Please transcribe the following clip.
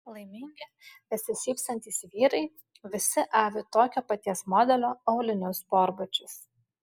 laimingi besišypsantys vyrai visi avi tokio paties modelio aulinius sportbačius